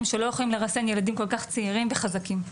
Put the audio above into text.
שלא יכולים לרסן ילדים כל כך צעירים וחזקים.